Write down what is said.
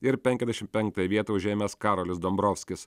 ir penkiasdešimt penktąją vietą užėmęs karolis dombrovskis